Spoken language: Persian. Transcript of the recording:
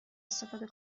استفاده